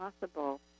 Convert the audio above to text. possible